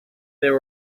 there